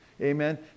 Amen